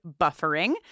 buffering